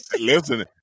listen